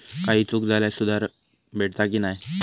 काही चूक झाल्यास सुधारक भेटता की नाय?